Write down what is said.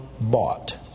bought